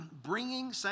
Bringing